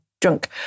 drunk